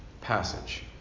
passage